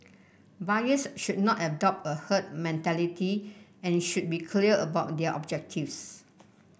buyers should not adopt a herd mentality and should be clear about their objectives